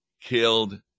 killed